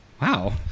Wow